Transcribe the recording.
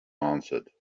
answered